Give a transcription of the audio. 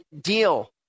deal